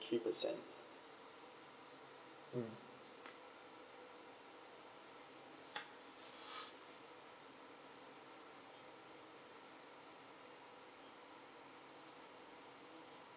three percent mm